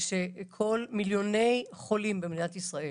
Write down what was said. שכל מיליוני החולים במדינת ישראל